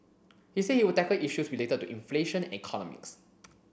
he said he would tackle issues related to inflation and economics